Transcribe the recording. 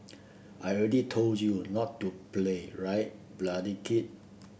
I already told you not to play right bloody kid